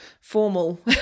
formal